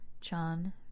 John